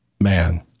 man